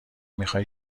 میخای